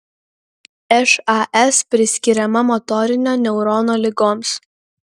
šas priskiriama motorinio neurono ligoms